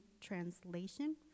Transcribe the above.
Translation